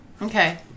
Okay